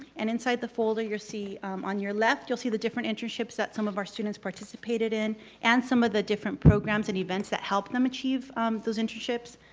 and inside the folder you'll see on your left, you'll see the different internships that some of our students participated in and some of the different programs and events that help them achieve those internships,